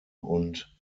und